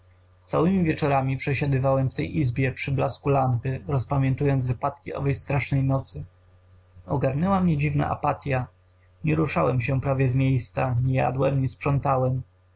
całymi wieczorami przesiadywałem w tej izbie przy blasku lampy rozpamiętując wypadki owej strasznej nocy ogarnęła mnie dziwna apatya nie ruszałem się prawie z miejsca nie jadłem nie sprzątałem